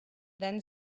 then